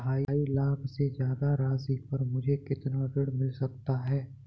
ढाई लाख से ज्यादा राशि पर मुझे कितना ऋण मिल सकता है?